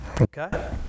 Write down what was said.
Okay